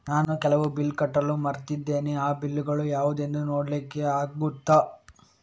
ನಾನು ಕೆಲವು ಬಿಲ್ ಕಟ್ಟಲು ಮರ್ತಿದ್ದೇನೆ, ಆ ಬಿಲ್ಲುಗಳು ಯಾವುದೆಂದು ನೋಡ್ಲಿಕ್ಕೆ ಆಗುತ್ತಾ?